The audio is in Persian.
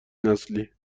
نسلی